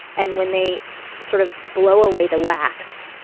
and when they sort of blow away the wax,